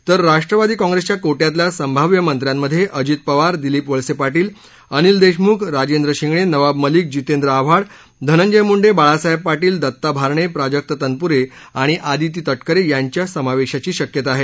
तर राष्ट्रवादी काँग्रेसच्या कोट्यातल्या संभाव्य मंत्र्यांमध्ये अजित पवार दिलीप वळसे पाटील अनिल देशमुख राजेंद्र शिंगणे नवाब मलिक जितेंद्र आव्हाड धनंजय मुंडे बाळासाहेब पाटील दत्ता भारणे प्राजक तनपुरे आणि आदिती तटकरे यांच्या समावेशाची शक्यता आहे